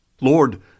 Lord